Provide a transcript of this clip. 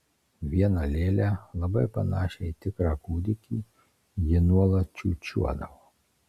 vieną lėlę labai panašią į tikrą kūdikį ji nuolat čiūčiuodavo